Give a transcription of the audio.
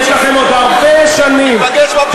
יש לכם עוד הרבה שנים, ניפגש בבחירות הבאות.